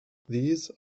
these